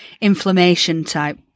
inflammation-type